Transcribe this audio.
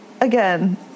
again